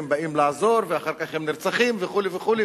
באים לעזור ואחר כך הם נרצחים וכו' וכו'.